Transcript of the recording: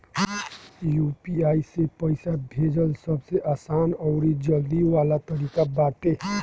UPI से पईसा भेजल सबसे आसान अउरी जल्दी वाला तरीका बाटे